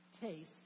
Taste